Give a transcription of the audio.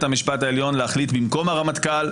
המשפט העליון להחליט במקום הרמטכ"ל,